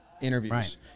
Interviews